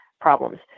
problems